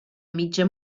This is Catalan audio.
mitja